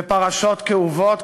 בפרשות כאובות,